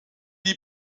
die